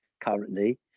currently